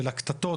של הקטטות,